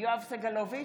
יואב סגלוביץ'